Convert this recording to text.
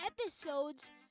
episodes